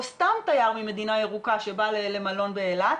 או סתם תייר ממדינה ירוקה שבא למלון באילת,